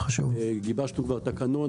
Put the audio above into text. גיבשנו כבר תקנון,